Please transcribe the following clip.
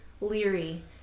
leery